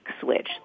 Switch